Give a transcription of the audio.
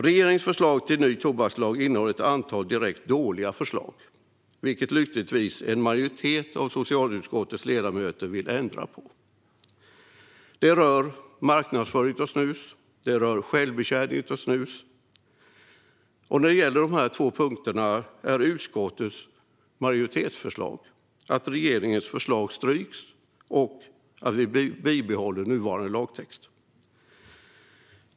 Regeringens förslag till ny tobakslag innehåller ett antal direkt dåliga förslag, vilket en majoritet av socialutskottets ledamöter lyckligtvis vill ändra på. Det rör marknadsföring av snus och självbetjäning av snus. När det gäller dessa två punkter är utskottets majoritetsförslag att regeringens förslag ska strykas och att vi behåller nuvarande lagtext.